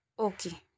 okay